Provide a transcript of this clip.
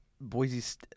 Boise